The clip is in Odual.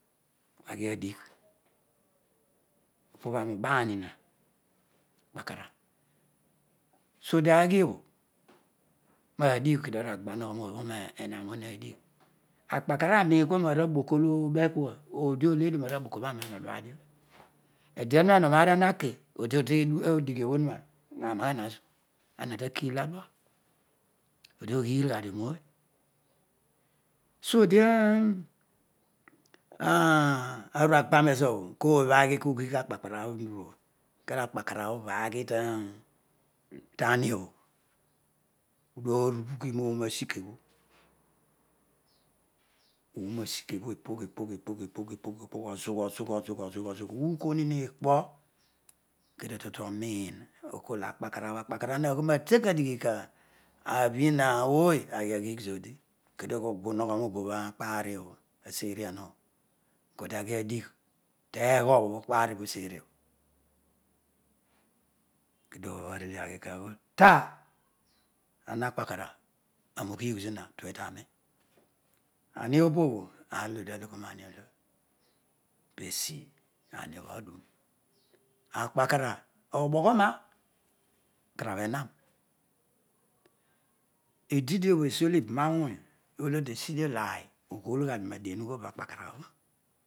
Aghiadigh, opobho ari ubaa hiha okpakanra so di aghiabho madigh kodi aruagba hogho renar obho hadigh akpaka ra aroin kua roara boko olo ubekua, oodi oledio roaraboko btw aream oduadio, ediareer ema oraanario amtaki odiodi teduroobho todightoduroaharoa haroagtranen ama takil odual odi oghili ushadio rotoy so odi ah aghi kughii akpamabtrobtro ugill obho edio akpakanah obho aghi ta hrobtro kedio arubhi rooma sikebtro ooro asike btw ipogh ipoy ozugh ukooninm ikpo, kedio totuoroin, akool akpakarabh akpakarabh akool itakodighi ka btun ooy aghi ahjigh zosi kughi ugboi uhogho robobtio akpari obho kedio aghi tah ana kpakara aaro: ukigh zina tuetarol adiopobin aar olo odi aloghoroani oolo pesi ahiobho aduro. akparkara obo̱gho̱roa okarabheharn ididiobho wsiolo ibama wong olo desidio larary ughaolughadio roadieu obho ughool bo na akparkara obho.